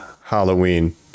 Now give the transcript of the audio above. Halloween